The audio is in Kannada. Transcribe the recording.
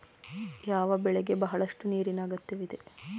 ಯಾವ ಬೆಳೆಗೆ ಬಹಳಷ್ಟು ನೀರಿನ ಅಗತ್ಯವಿದೆ?